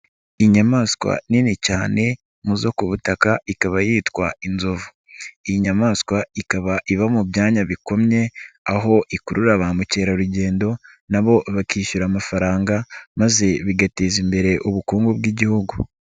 Inyamaswa nini cyane mu zo ku butaka ikaba yitwa inzovu. Iyi nyamaswa ikaba iba mu byanya bikomye, aho ikurura ba mukerarugendo na bo bakishyura amafaranga maze bigateza imbere ubukungu bw'igihugu.